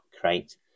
create